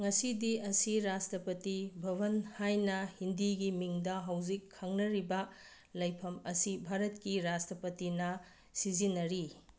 ꯉꯁꯤꯗꯤ ꯑꯁꯤ ꯔꯥꯁꯇ꯭ꯔꯄꯇꯤ ꯕꯋꯟ ꯍꯥꯏꯅ ꯍꯤꯟꯗꯤꯒꯤ ꯃꯤꯡꯗ ꯍꯧꯖꯤꯛ ꯈꯪꯅꯔꯤꯕ ꯂꯩꯐꯝ ꯑꯁꯤ ꯚꯥꯔꯠꯀꯤ ꯔꯥꯁꯇ꯭ꯔꯄꯇꯤꯅ ꯁꯤꯖꯤꯟꯅꯔꯤ